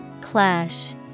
clash